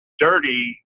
dirty